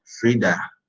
Frida